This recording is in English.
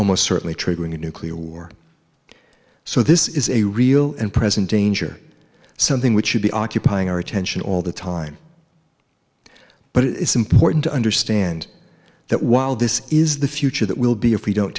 almost certainly triggering a nuclear war so this is a real and present danger something which should be occupying our attention all the time but it's important to understand that while this is the future that will be if we don't